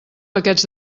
paquets